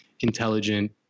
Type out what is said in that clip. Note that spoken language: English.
intelligent